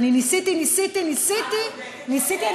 אני ניסיתי, ניסיתי, ניסיתי, ניסיתי.